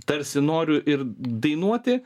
tarsi noriu ir dainuoti